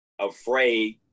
afraid